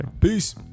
Peace